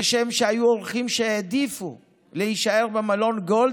כשם שהיו אורחים שהעדיפו להישאר במלון גולד,